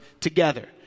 together